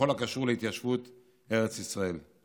בכל הקשור להתיישבות בארץ ישראל.